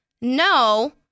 no